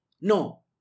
No